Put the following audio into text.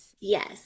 Yes